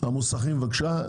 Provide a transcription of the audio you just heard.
נציג המוסכים, בבקשה.